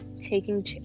taking